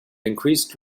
increased